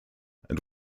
and